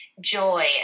joy